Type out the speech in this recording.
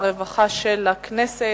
הרווחה והבריאות של הכנסת.